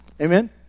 Amen